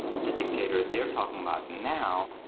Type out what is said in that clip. the dictator they're talking about now